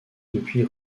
depuis